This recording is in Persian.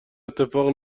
اتفاق